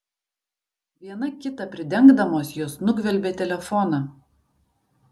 viena kitą pridengdamos jos nugvelbė telefoną